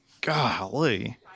Golly